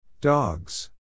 Dogs